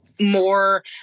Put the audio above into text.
more